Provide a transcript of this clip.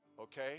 Okay